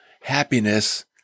happiness